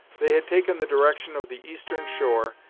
they had taken the direction of the eastern shore,